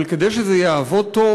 אבל כדי שזה יעבוד טוב,